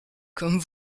comme